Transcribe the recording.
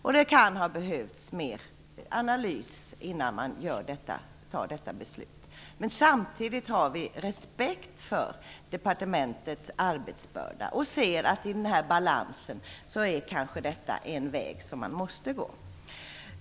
Det kan ha behövts mer analys innan man fattar detta beslut. Samtidigt har vi respekt för departementets arbetsbörda och ser att detta kanske i denna balans är en väg som man måste gå.